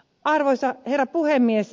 arvoisa herra puhemies